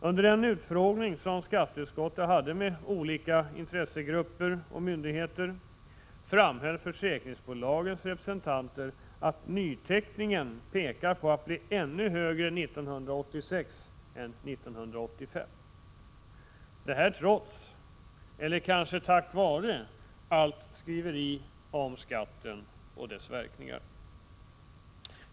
Under den utfrågning som skatteutskottet hade med olika intressegrupper och myndigheter framhöll försäkringsbolagens representanter att nyteckningen tycks bli ännu högre 1986 än 1985 — detta trots, eller kanske tack vare, allt skriveri om skatten och dess verkningar.